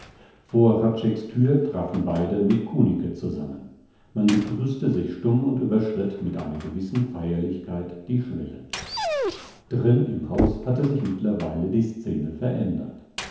vor hradscheck's thür trafen beide mit kunicke zusammen man begrüßte sich stumm und überschritt mit einer gewissen feierlichkeit die schwelle drin im hause hatte sich mittlerweile die scene verändert